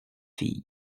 fille